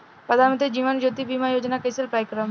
प्रधानमंत्री जीवन ज्योति बीमा योजना कैसे अप्लाई करेम?